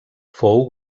fou